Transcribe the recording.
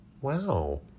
Wow